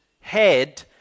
head